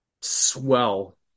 swell